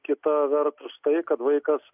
kita vertus tai kad vaikas